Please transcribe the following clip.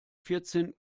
vierzehn